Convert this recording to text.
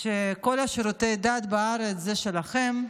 החלטתם שכל שירותי הדת בארץ זה שלכם.